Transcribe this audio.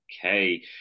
Okay